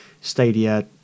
stadia